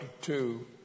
two